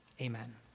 Amen